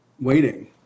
waiting